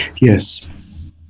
Yes